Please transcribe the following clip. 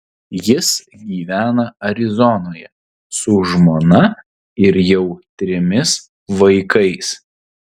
jis gyvena arizonoje su žmona ir jau trimis vaikais